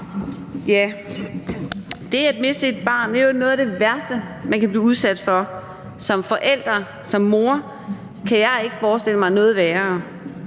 Det at miste et barn er jo noget af det værste, man kan blive udsat for. Som forælder, som mor, kan jeg ikke forestille mig noget værre.